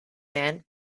man